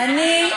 היא מוותרת.